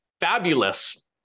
fabulous